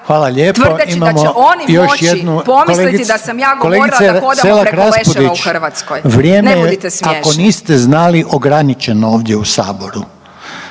…/…… tvrdeći da će oni moći pomisliti da sam ja govorila da hodamo preko leševa u Hrvatskoj. Ne budite smiješni!